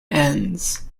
ends